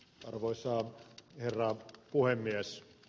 arvoisa herra puhemies